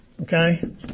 okay